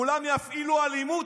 כולם יפעילו אלימות,